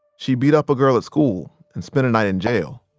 she beat up a girl at school and spent a night in jail.